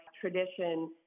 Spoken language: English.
tradition